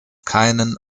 keinen